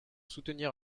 soutenir